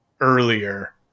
earlier